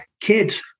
kids